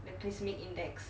glycemic index